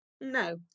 No